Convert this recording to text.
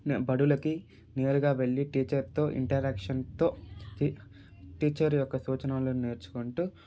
నే బడులకు నేరుగా వెళ్ళి టీచర్తో ఇంటరేక్షన్తో టీ టీచర్ యొక్క సూచనలను నేర్చుకుంటు